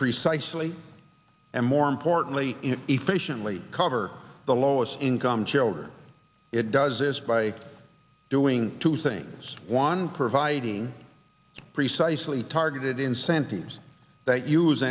precisely and more importantly efficiently cover the lowest income children it does is by doing two things one providing precisely targeted incentives that use